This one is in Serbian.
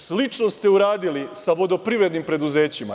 Slično ste uradili sa vodoprivrednim preduzećima.